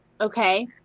Okay